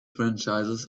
franchises